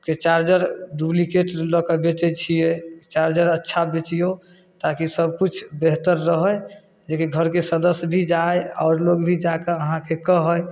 के charger duplicate लऽ कऽ बेचै छियै चार्जर अच्छा बेचियौ ताकि सब किछु बेहतर रहय जेकि घरके सदस्य भी आओर लोग भी जाके अहाँके कहे